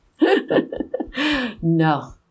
No